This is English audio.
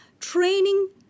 training